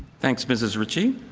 thanks, mrs. ritchie.